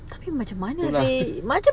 tapi macam mana seh